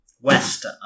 west